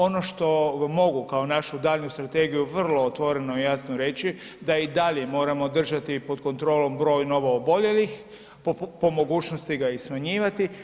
Ono što mogu kao našu daljnju strategiju vrlo otvoreno i jasno reći da i dalje moramo držati pod kontrolom broj novooboljelih, po mogućnosti ga i smanjivati.